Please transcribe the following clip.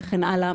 וכן האלה,